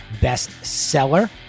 bestseller